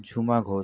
Jhuma Ghosh